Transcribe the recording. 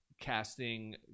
casting